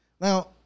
Now